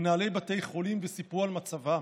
מנהלי בתי חולים, וסיפרו על מצבם.